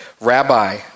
Rabbi